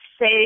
say